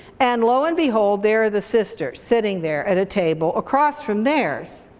and lo and behold there are the sisters, sitting there at a table across from theirs.